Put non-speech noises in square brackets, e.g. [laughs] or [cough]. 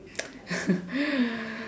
[laughs]